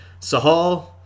Sahal